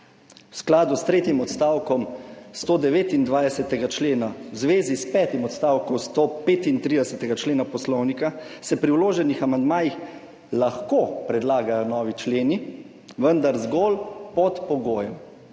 V skladu s tretjim odstavkom 129. člena, v zvezi s petim odstavkom 135. člena Poslovnika se pri vloženih amandmajih lahko predlagajo novi členi, vendar zgolj pod pogojem,